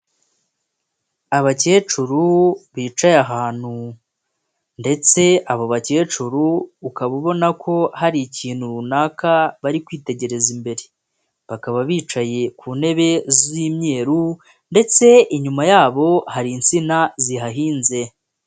Abakecuru bicaye ahantu ndetse abo bakecuru ukaba ubona ko hari ikintu runaka bari kwitegereza imbere, bakaba bicaye ku ntebe z'imyeru ndetse inyuma yabo hari insina zihahinze.